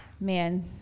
Man